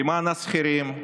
למען השכירים,